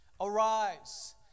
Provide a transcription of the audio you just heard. arise